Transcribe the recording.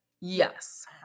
Yes